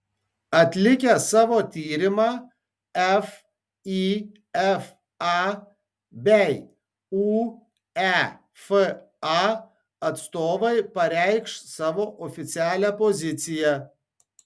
atlikę savo tyrimą fifa bei uefa atstovai pareikš savo oficialią poziciją